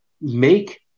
Make